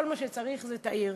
כל מה שצריך זה את העיר.